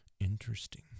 interesting